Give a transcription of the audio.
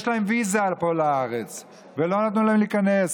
יש להם ויזה לארץ ולא נתנו להם להיכנס.